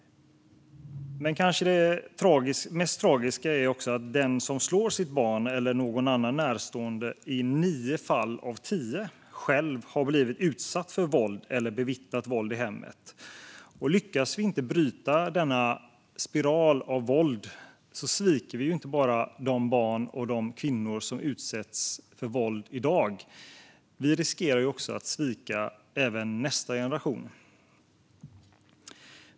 Det kanske allra mest tragiska är att den som slår sitt barn eller någon annan närstående i nio fall av tio själv har blivit utsatt för våld eller bevittnat våld i hemmet. Lyckas vi inte bryta våldsspiralen sviker vi inte bara de barn och kvinnor som utsätts för våld i dag, utan vi riskerar också att svika nästa generation.